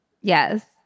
Yes